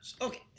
Okay